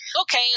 Okay